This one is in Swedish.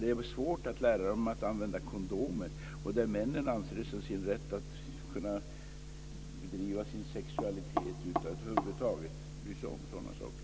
Det är svårt att lära männen att använda kondomer. De anser sig ha rätt att utöva sin sexualitet utan att över huvud taget bry sig om sådana saker.